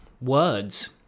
words